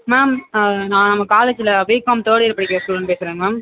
ma'am நான் நம்ம காலேஜில் பிகாம் தேர்ட் இயர் படிக்கிற ஸ்டூடெண்ட் பேசுகிறேன் மேம்